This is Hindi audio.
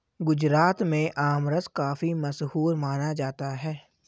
गुजरात में आमरस काफी मशहूर माना जाता है